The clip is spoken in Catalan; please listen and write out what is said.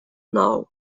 nou